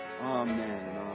Amen